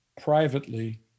privately